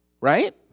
Right